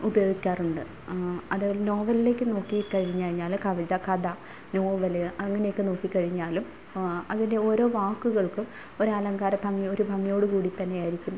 ഉപയോഗിക്കാറുണ്ട് അത് നോവൽക്ക് നോക്കി കഴിഞ്ഞ് കഴിഞ്ഞാൽ കവിത കഥ നോവൽ അങ്ങനെയൊക്കെ നോക്കി കഴിഞ്ഞാലും അതിൻ്റെ ഓരോ വാക്കുകൾക്കും ഒരു അലങ്കാര ഭംഗി ഒരു ഭംഗിയോട് കൂടിത്തന്നെ ആയിരിക്കും